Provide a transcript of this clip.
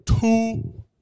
Two